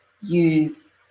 use